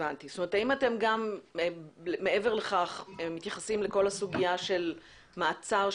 האם מעבר לכך אתם מתייחסים לכל הסוגיה של מעצר,